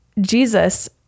Jesus